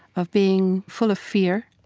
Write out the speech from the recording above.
of being full of fear,